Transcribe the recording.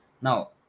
Now